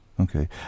Okay